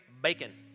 bacon